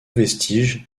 vestige